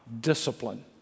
Discipline